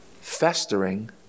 festering